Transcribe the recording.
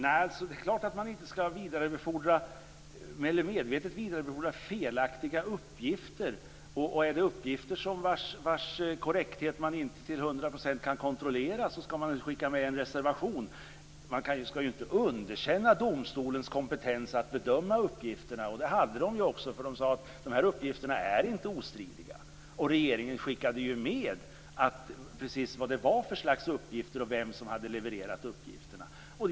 Fru talman! Det är klart att man medvetet inte skall vidarebefordra felaktiga uppgifter. Om det rör sig om uppgifter vilkas korrekthet man till hundra procent inte kan kontrollera skall man skicka med en reservation. Man skall ju inte underkänna domstolens kompetens att bedöma uppgifterna, och domstolen ansåg också att uppgifterna inte var ostridiga. Regeringen redogjorde ju för vad det var för slags uppgifter och för vem som hade levererat dem.